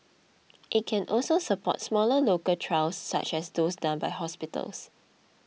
it can also support smaller local trials such as those done by hospitals